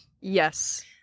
Yes